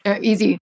Easy